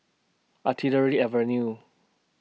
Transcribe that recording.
Artillery Avenue